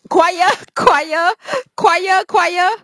choir choir choir choir